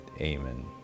Amen